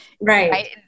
Right